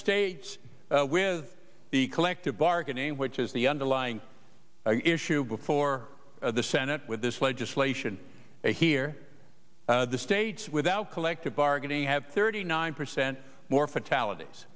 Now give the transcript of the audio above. states with the collective bargaining with as the underlying issue before the senate with this legislation here the states without collective bargaining have thirty nine percent more fatalities